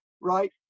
right